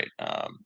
Right